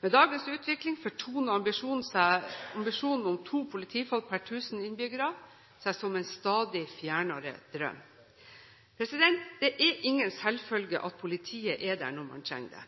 Med dagens utvikling fortoner ambisjonen om to politifolk per 1 000 innbyggere seg som en stadig fjernere drøm. Det er ingen selvfølge at politiet er der når man trenger det.